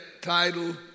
title